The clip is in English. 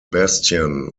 bastion